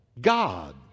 God